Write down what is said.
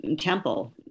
temple